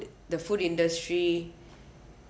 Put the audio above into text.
the food industry